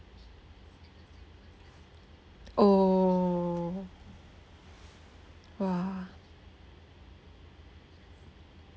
oh !wah!